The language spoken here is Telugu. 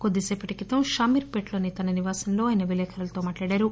కొద్దిసేపటి క్రితం శామీర్ పేట లోని తన నివాసంలో ఆయన విలేకరులతో మాట్లాడారు